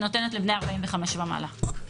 היום על הפרק יש לנו את חוק החל"ת.